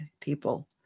people